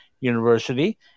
University